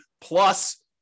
plus